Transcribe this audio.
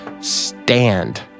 stand